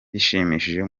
bishimishije